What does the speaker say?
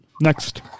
next